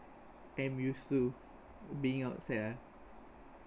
am used to being outside ah